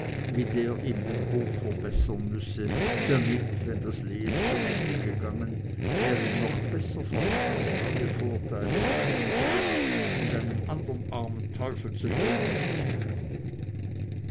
wie der ihm den hof verbessern müsse damit wenn das lehen zu ende gegangen er ihn noch besser verleihen neue vorteile erlisteten und einen andern armen teufel zugrunde richten könne